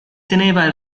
teneva